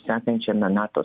sekančiame nato